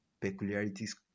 peculiarities